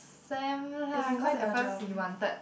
Sam lah cause at first we wanted